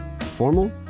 Formal